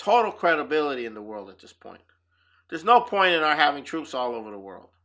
total credibility in the world at this point there's no point in our having troops all over the world